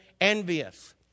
envious